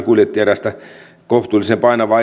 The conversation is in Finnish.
kuljetti erästä kohtuullisen painavaa